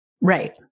Right